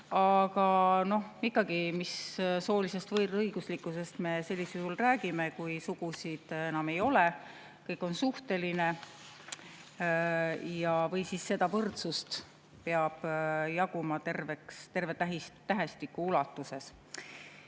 Aga ikkagi, mis soolisest võrdõiguslikkusest me sellisel juhul räägime, kui sugusid enam ei ole, kõik on suhteline, või kui seda võrdsust peab jaguma terve tähestiku ulatuses. Nii